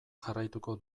jarraituko